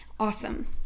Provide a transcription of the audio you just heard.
Awesome